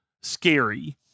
scary